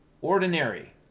ordinary